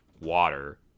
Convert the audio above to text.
water